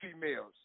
females